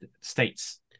states